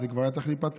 זה כבר היה צריך להיפתר,